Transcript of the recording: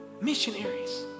missionaries